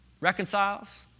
reconciles